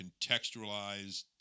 contextualized